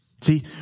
See